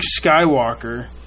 Skywalker